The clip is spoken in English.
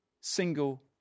single